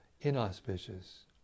inauspicious